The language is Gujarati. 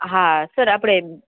હા સર આપણે